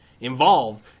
involved